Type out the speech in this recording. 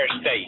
state